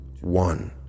one